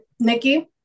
Nikki